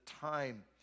time